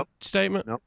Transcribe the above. statement